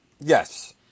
Yes